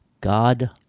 God